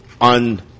on